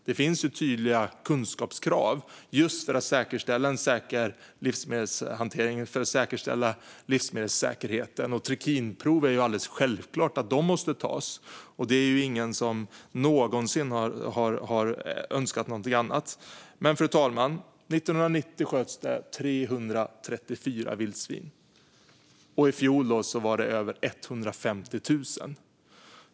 Det finns tydliga kunskapskrav, just för att säkerställa en säker livsmedelshantering och livsmedelssäkerhet. Trikinprov måste självklart tas; det är ingen som någonsin har önskat något annat. Men, fru talman, 1990 sköts det 334 vildsvin. I fjol var det över 150 000.